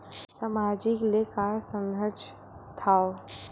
सामाजिक ले का समझ थाव?